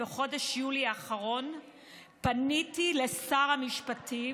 בחודש יולי האחרון פניתי לשר המשפטים,